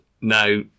Now